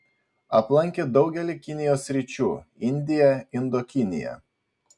aplankė daugelį kinijos sričių indiją indokiniją